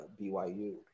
BYU